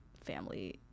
family